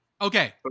Okay